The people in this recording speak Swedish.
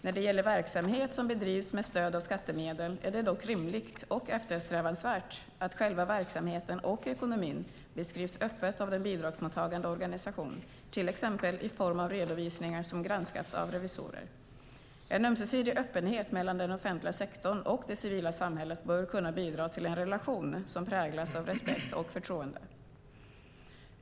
När det gäller verksamhet som bedrivs med stöd av skattemedel är det dock rimligt och eftersträvansvärt att själva verksamheten och ekonomin beskrivs öppet av den bidragsmottagande organisationen, till exempel i form av redovisningar som granskats av revisorer. En ömsesidig öppenhet mellan den offentliga sektorn och det civila samhället bör kunna bidra till en relation som präglas av respekt och förtroende.